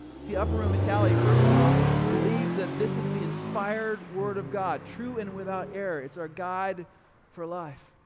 see upper room mentality first of all, believes that this is the inspired word of god, true and without error, it's our guide for life.